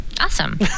Awesome